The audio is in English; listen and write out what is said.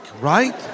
right